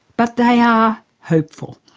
but they are hopeful,